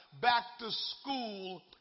back-to-school